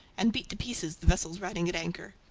and beat to pieces the vessels riding at anchor.